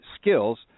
skills